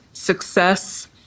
success